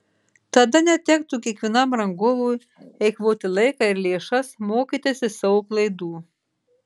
tada netektų kiekvienam rangovui eikvoti laiką ir lėšas mokytis iš savo klaidų